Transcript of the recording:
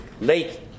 late